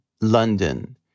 London